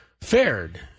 Fared